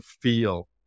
feel